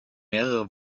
mehrere